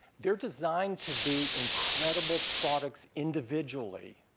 they're designed to be incredible products individually